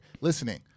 listening